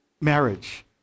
marriage